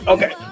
Okay